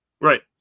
Right